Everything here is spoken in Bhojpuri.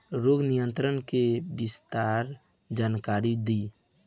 रोग नियंत्रण के विस्तार जानकारी दी?